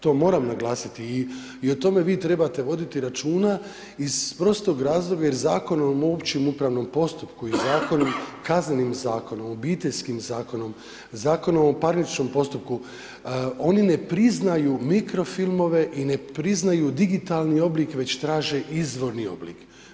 To moram naglasiti i o tome vi trebate voditi računa iz prostog razloga, jer Zakon o općem upravnom postupku i zakonom, Kaznenim zakonom, Obiteljskim zakonom, Zakonom o parničnom postupku oni ne priznaju mikrofilmove i ne priznaju digitalni oblik već traže izvorni oblik.